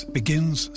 begins